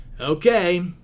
Okay